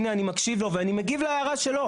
הנה, אני מקשיב לו ואני מגיב להערה שלו.